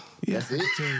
Yes